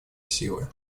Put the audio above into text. силы